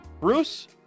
Bruce